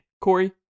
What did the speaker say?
Corey